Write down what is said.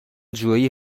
جویی